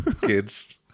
kids